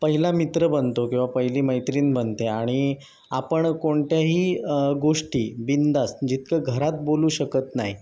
पहिला मित्र बनतो किंवा पहिली मैत्रीण बनते आणि आपण कोणत्याही गोष्टी बिनधास्त जितकं घरात बोलू शकत नाही